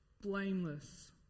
blameless